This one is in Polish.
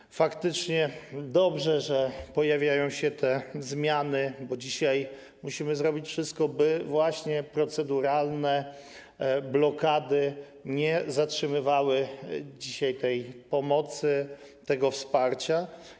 I faktycznie dobrze, że pojawiają się te zmiany, bo dzisiaj musimy zrobić wszystko, by właśnie proceduralne blokady nie zatrzymywały tej pomocy, tego wsparcia.